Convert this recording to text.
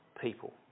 people